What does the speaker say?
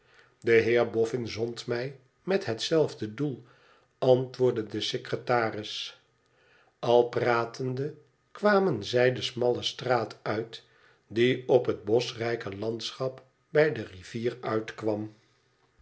de heer boffin zond mij met hetzelfde doel antwoordde de secretaris al pratende kwamen zij de smalle straat uit die op het boschrijke landschap bij de rivier uitkwam